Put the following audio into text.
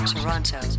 Toronto